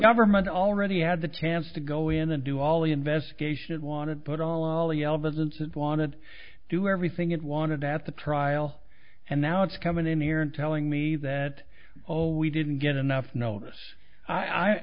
government already had the chance to go in and do all the investigation it wanted but all the elders incent wanted to do everything it wanted at the trial and now it's coming in here and telling me that oh we didn't get enough notice i